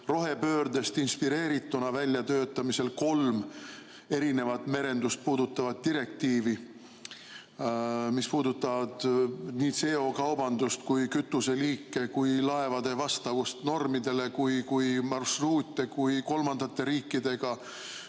rohepöördest inspireerituna väljatöötamisel kolm erinevat merendust puudutavat direktiivi, mis puudutavad nii CO2-kaubandust kui ka kütuseliike, laevade vastavust normidele, marsruute, kolmandate riikidega